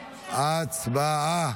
הצבעה.